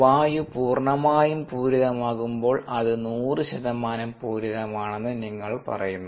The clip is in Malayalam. വായു പൂർണ്ണമായും പൂരിതമാകുമ്പോൾ അത് 100 ശതമാനം പൂരിതമാണെന്ന് നിങ്ങൾ പറയുന്നു